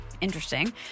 Interesting